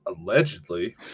Allegedly